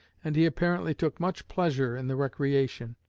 and he apparently took much pleasure in the recreation.